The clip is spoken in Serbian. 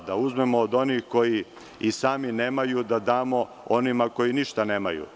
Da uzmemo od onih koji i sami nemaju da damo onima koji ništa nemaju?